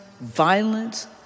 violence